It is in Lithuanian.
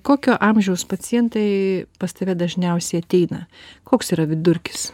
kokio amžiaus pacientai pas tave dažniausiai ateina koks yra vidurkis